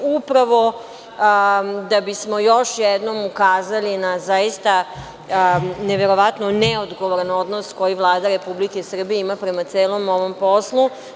Upravo da bismo još jednom ukazali na, zaista neverovatno neodgovoran odnos koji Vlada Republike Srbije ima prema celom ovom poslu.